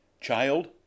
child